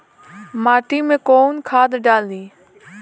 माटी में कोउन खाद डाली?